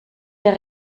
der